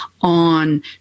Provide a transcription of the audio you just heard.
on